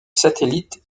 satellite